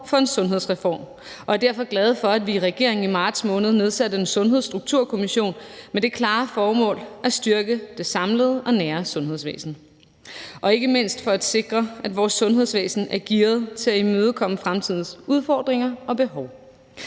for en sundhedsreform, og vi er derfor glade for, at vi i regeringen i marts måned nedsatte en Sundhedsstrukturkommission med det klare formål at styrke det samlede og nære sundhedsvæsen og ikke mindst for at sikre, at vores sundhedsvæsen er gearet til at imødekomme fremtidens udfordringer og behov.